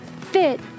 fit